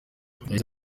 yagize